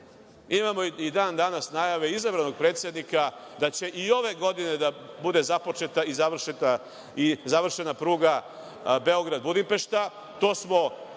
Imamo i dan-danas najave izabranog predsednika da će i ove godine da bude započeta i završena pruga Beograd-Budimpešta.